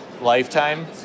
lifetime